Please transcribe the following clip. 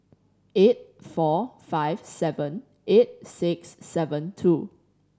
eight four five seven eight six seven two